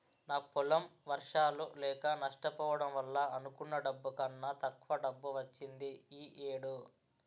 నా పొలం వర్షాలు లేక నష్టపోవడం వల్ల అనుకున్న డబ్బు కన్నా తక్కువ డబ్బు వచ్చింది ఈ ఏడు